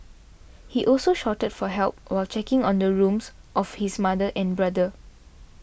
he also shouted for help while checking the rooms of his mother and brother